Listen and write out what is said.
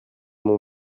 non